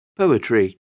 Poetry